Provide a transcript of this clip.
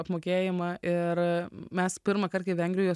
apmokėjimą ir mes pirmąkart kai vengrijoj